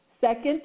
Second